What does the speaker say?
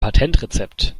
patentrezept